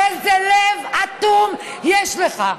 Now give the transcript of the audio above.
איזה לב אטום יש לך.